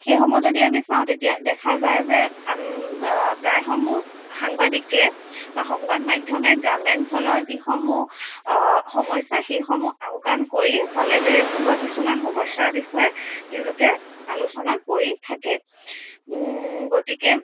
সেইসমূহ যদি আমি চাওঁ তেতিয়া দেখা যায় যে প্ৰায়সমূহ সাংবাদিকে বা সংবাদ মাধ্যমে গ্ৰাম্যাঞ্চলৰ যিসমূহ সমস্যা সেইসমূহ আওকাণ কৰি চালে বেৰে কোবোৱা কিছুমান সমস্যাৰ বিষয়ে তেওঁলোকে আলোচনা কৰি থাকে গতিকে